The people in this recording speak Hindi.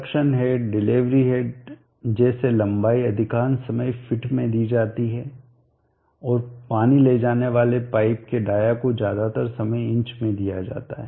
सक्शन हेड डिलीवरी हेड जैसी लंबाई अधिकांश समय फीट में दी जाती है और पानी ले जाने वाले पाइप के डाया को ज्यादातर समय इंच में दिया जाता है